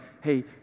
hey